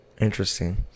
Interesting